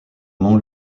nom